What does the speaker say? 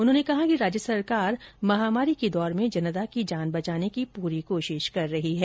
उन्होंने कहा कि राज्य सरकार महामारी के दौर में जनता की जान बचाने की पूरी कोशिश कर रही है